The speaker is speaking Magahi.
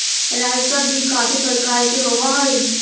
राजस्व भी काफी प्रकार के होवअ हई